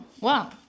wow